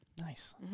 Nice